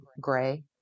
gray